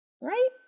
Right